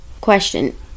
Question